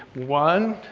one.